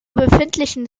befindlichen